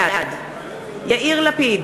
בעד יאיר לפיד,